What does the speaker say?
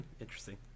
interesting